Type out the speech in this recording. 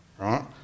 right